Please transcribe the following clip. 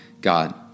God